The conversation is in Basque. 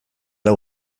hau